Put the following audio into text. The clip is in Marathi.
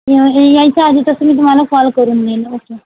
ये यायच्या आधी तसं मी तुम्हाला कॉल करून देईल ओके